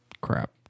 crap